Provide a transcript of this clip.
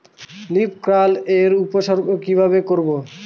Leaf curl এর উপসর্গ কিভাবে করব?